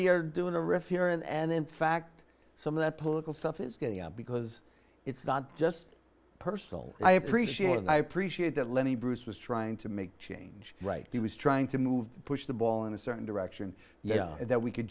you're doing a riff here and in fact some of that political stuff is good because it's not just personal i appreciate and i appreciate that lenny bruce was trying to make change right he was trying to move to push the ball in a certain direction yeah that we could